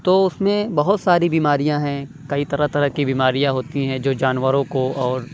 تو اُس میں بہت ساری بیماریاں ہیں کئی طرح طرح کی بیماریاں ہوتی ہیں جو جانوروں کو اور